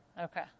Okay